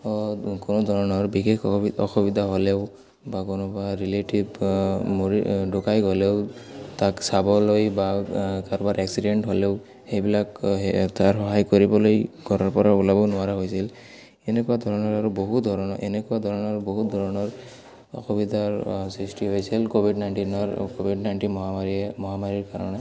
কোনো ধৰণৰ বিশেষ অস অসুবিধা হ'লেও বা কোনোবা ৰিলেটিভ মৰি ঢুকাই গ'লেও তাক চাবলৈ বা কাৰোবাৰ এক্সিডেণ্ট হ'লেও সেইবিলাক তাৰ সহায় কৰিবলৈ ঘৰৰ পৰা ওলাব নোৱাৰা হৈছিল এনেকুৱা ধৰণৰ আৰু বহু ধৰণৰ এনেকুৱা ধৰণৰ বহু ধৰণৰ অসুবিধাৰ সৃষ্টি হৈছিল ক'ভিড নাইণ্টিনৰ ক'ভিড নাইণ্টিন মহামাৰীয়ে মহামাৰীৰ কাৰণে